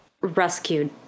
rescued